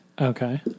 okay